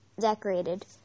decorated